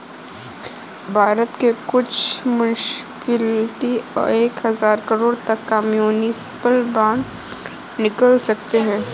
भारत के कुछ मुन्सिपलिटी एक हज़ार करोड़ तक का म्युनिसिपल बांड निकाल सकते हैं